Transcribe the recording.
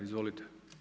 Izvolite.